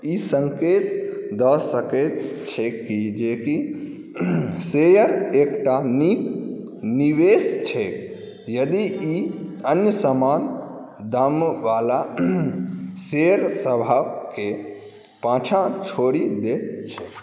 ई सङ्केत दऽ सकैत छैक जे शेयर एकटा नीक निवेश छैक यदि ई अन्य समान दामवला शेयरसभकेँ पाछाँ छोड़ि दैत छैक